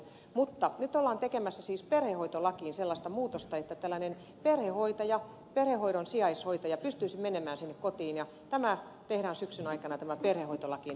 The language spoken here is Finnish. mutta nyt ollaan tekemässä siis perhehoitolakiin sellaista muutosta että tällainen perhehoidon sijaishoitaja pystyisi menemään sinne kotiin ja tämä muutos tehdään syksyn aikana perhehoitolakiin